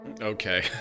Okay